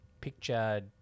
picture